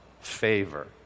Favor